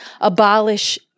abolish